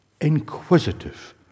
inquisitive